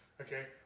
Okay